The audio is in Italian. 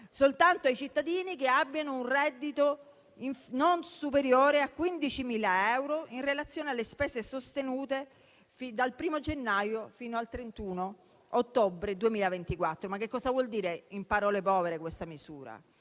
soltanto ai cittadini che abbiano un reddito non superiore a 15.000 euro in relazione alle spese sostenute dal primo gennaio fino al 31 ottobre 2024. Cosa vuol dire in parole povere questa misura?